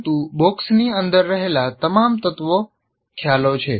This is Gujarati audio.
પરંતુ બોક્સની અંદર રહેલા તમામ તત્વો ખ્યાલો છે